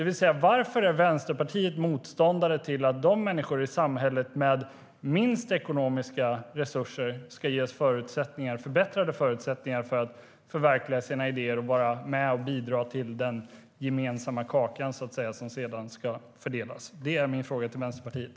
Varför är Vänsterpartiet motståndare till att de människor i samhället med minst ekonomiska resurser ska ges förbättrade förutsättningar för att förverkliga sina idéer och bidra till den gemensamma kakan som sedan ska fördelas? Det är min fråga till Vänsterpartiet.